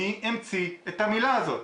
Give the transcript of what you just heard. מי המציא את המילה הזאת?